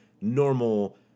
normal